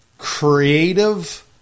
creative